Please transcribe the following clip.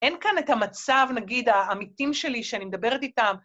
‫אין כאן את המצב, נגיד, ‫העמיתים שלי שאני מדברת איתם.